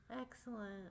Excellent